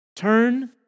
Turn